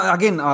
Again